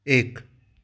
एक